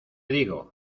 digo